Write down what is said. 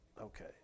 Okay